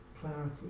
clarity